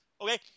Okay